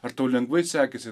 ar tau lengvai sekėsi